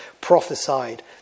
prophesied